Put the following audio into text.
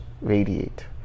radiate